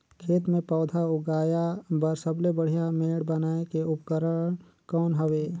खेत मे पौधा उगाया बर सबले बढ़िया मेड़ बनाय के उपकरण कौन हवे?